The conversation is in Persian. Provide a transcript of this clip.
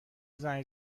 زنگ